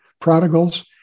prodigals